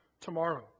tomorrow